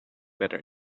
better